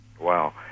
Wow